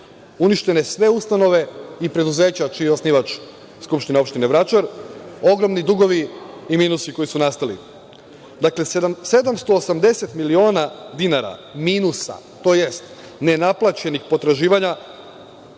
uništene sve ustanove i preduzeća čiji je osnivač Skupština opštine Vračar, ogromni dugovi i minusi koji su nastali. Dakle, 780 miliona dinara minusa, tj. nenaplaćenih potraživanja,